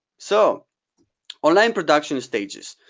so online production stages.